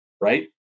right